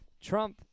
Trump